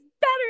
better